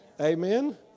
Amen